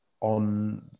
on